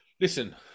Listen